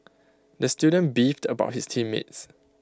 the student beefed about his team mates